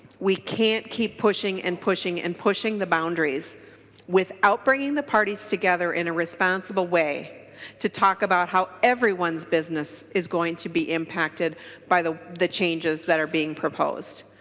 we can't keep pushing and pushing and pushing the boundaries without bringing the parties together and responsible way to talk about how everyone's business is going to be impacted by the the changes that are being proposed.